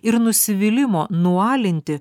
ir nusivylimo nualinti